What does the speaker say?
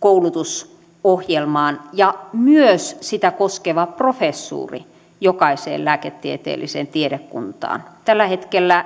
koulutusohjelmaan ja myös sitä koskeva professuuri jokaiseen lääketieteelliseen tiedekuntaan tällä hetkellä